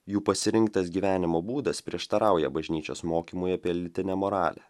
jų pasirinktas gyvenimo būdas prieštarauja bažnyčios mokymui apie lytinę moralę